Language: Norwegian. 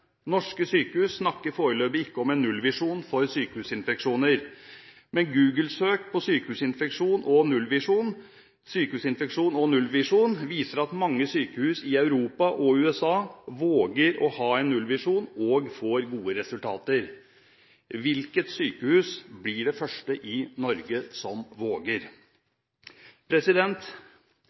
Norske sykehus snakker foreløpig ikke om en nullvisjon for sykehusinfeksjoner, men Google-søk på «sykehusinfeksjon og nullvisjon» viser at mange sykehus i Europa og USA våger å ha en nullvisjon – og får gode resultater. Hvilket sykehus blir det første i Norge som